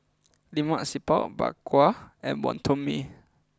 Lemak Siput Bak Kwa And Wonton Mee